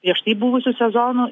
prieš tai buvusių sezonų